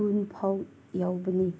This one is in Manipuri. ꯀꯨꯟꯐꯥꯎ ꯌꯧꯕꯅꯤ